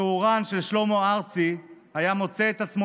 התאורן של שלמה ארצי היה מוצא את עצמו